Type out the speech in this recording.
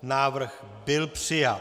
Návrh byl přijat.